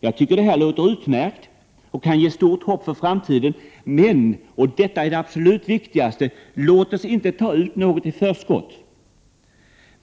Jag tycker detta låter utmärkt. Det kan nog ge stort hopp för framtiden. Men — och detta är det absolut viktigaste — låt oss inte ta ut något i förskott!